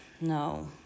no